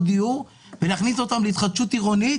הדיור ולהכניס אותן להתחדשות עירונית,